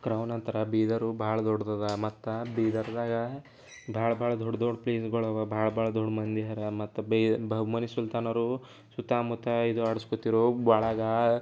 crown ಅಂತರೆ ಬೀದರು ಭಾಳ ದೊಡ್ದದು ಮತ್ತೆ ಬೀದರ್ದಾಗೆ ಭಾಳ ಭಾಳ ದೊಡ್ಟ ದೊಡ್ಟ ಪ್ಲೇಸ್ಗಳವ ಭಾಳ ಭಾಳ ದೊಡ್ಡ ಮಂದಿ ಅರ ಮತ್ತೆ ಬೆಯ ಬಹಮನಿ ಸುಲ್ತಾನರು ಸುತ್ತಮುತ್ತ ಇದ್ದು ಆಡ್ಸ್ಕೊತಿರು ಬಳಗ